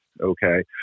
Okay